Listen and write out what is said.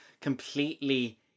completely